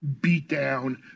beatdown